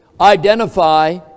identify